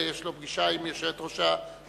יש לו פגישה עם יושבת-ראש התנועה.